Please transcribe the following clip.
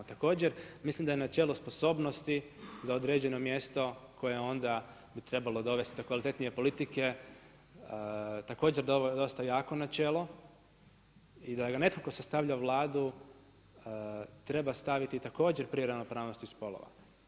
Također mislim da je načelo sposobnosti za određeno mjesto koje onda bi trebalo dovesti do kvalitetnije politike, također dosta jako načelo i da netko tko sastavlja Vladu treba staviti također prije ravnopravnosti spolova.